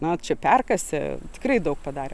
na čia perkasė tikrai daug padarė